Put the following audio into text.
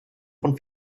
von